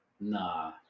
Nah